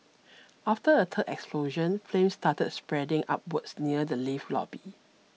after a third explosion flames started spreading upwards near the lift lobby